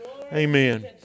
Amen